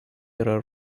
yra